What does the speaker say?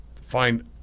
find